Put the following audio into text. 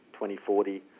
2040